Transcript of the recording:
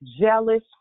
jealous